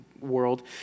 world